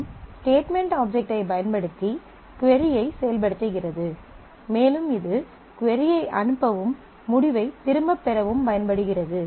மற்றும் statement object ஐ பயன்படுத்தி கொரி ஐ செயல்படுத்துகிறது மேலும் இது கொரி ஐ அனுப்பவும் முடிவை திரும்பப் பெறவும் பயன்படுகிறது